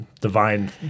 divine